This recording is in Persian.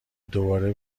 دوباره